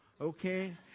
Okay